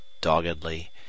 doggedly